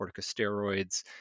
corticosteroids